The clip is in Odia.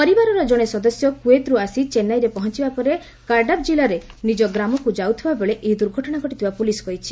ପରିବାରର ଜଣେ ସଦସ୍ୟ କୁଏତ୍ରୁ ଆସି ଚେନ୍ନାଇରେ ପହଞ୍ଚବା ପରେ କାଡାପ୍ ଜିଲ୍ଲାର ନିଜ ଗ୍ରାମକୁ ଯାଉଥିବା ବେଳେ ଏହି ଦୁର୍ଘଟଣା ଘଟିଥିବା ପୁଲିସ୍ କହିଛି